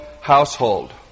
household